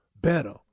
better